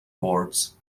boards